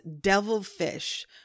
devilfish